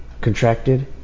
contracted